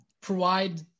provide